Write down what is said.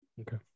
Okay